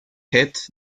hit